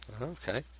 Okay